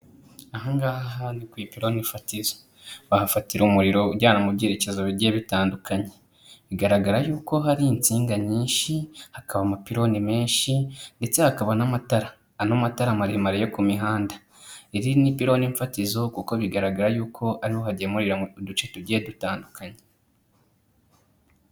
Ahangaha ni ku ipironi fatizo, bahafatira umuriro ujyana mu byerekezo bigiye bitandukanye, bigaragara yuko hari insinga nyinshi, hakaba amapiloni menshi, ndetse hakaba n'amatara, ano amatara maremare yo ku mihanda, iri ni ipironi mfatizo, kuko bigaragara yuko ariho hagenda hagemurira uduce tugiye dutandukanye.